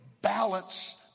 balance